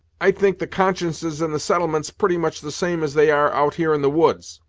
i think the consciences in the settlements pretty much the same as they are out here in the woods.